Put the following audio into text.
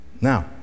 Now